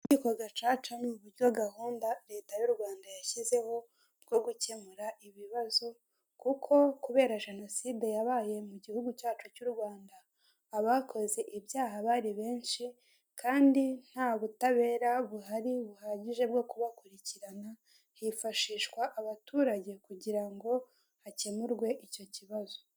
Inkiko gacaca n'uburyo gahunda leta y'u Rwanda yashyizeho bwo gukemura ibibazo, kuko kubera jenoside yabaye mu gihugu cyacu cy'u Rwanda, abakoze ibyaha bari benshi kandi nta butabera buhari buhagije bwo kubakurikirana, hifashishwa abaturage kugirango hakemurwe icyo kibazo.